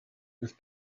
with